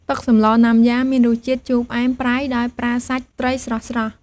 ទឹកសម្លណាំយ៉ាមានរសជាតិជូរផ្អែមប្រៃដោយប្រើសាច់ត្រីស្រស់ៗ។